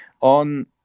On